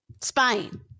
Spain